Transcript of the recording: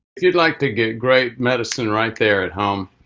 if you'd like to get great medicine right there at home,